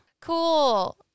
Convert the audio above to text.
Cool